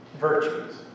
virtues